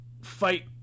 fight